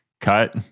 cut